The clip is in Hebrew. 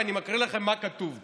ואני מקריא לכם מה כתוב פה: